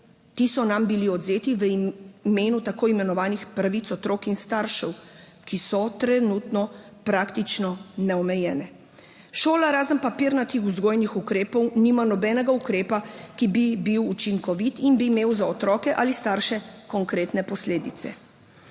Ti so nam bili odvzeti v imenu tako imenovanih pravic otrok in staršev, ki so trenutno praktično neomejene. Šola razen papirnatih vzgojnih ukrepov nima nobenega ukrepa, ki bi bil učinkovit in bi imel za otroke ali starše konkretne posledice.«